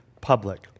public